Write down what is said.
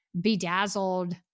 bedazzled